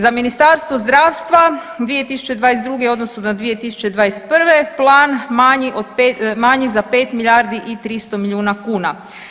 Za Ministarstvo zdravstva 2022. u odnosu na 2021. plan manji za 5 milijardi i 300 milijuna kuna.